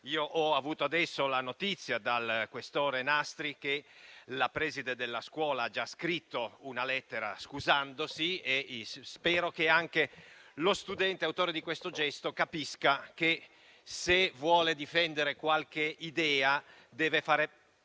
Ho avuto adesso la notizia dal senatore questore Nastri che la preside della scuola interessata ha già scritto una lettera scusandosi e spero che anche lo studente autore del gesto capisca che, se vuole difendere qualche idea, deve fare